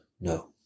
no